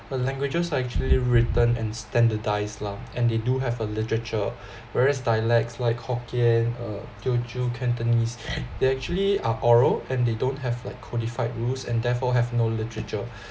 the languages actually written and standardised lah and they do have a literature whereas dialects like hokkien uh teochew cantonese they actually are oral and they don't have like qualified rules and therefore have no literature